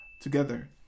together